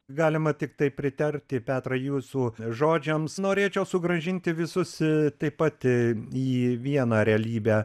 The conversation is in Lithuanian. galima tiktai pritarti petrai jūsų žodžiams norėčiau sugrąžinti visus į taip pat į į vieną realybę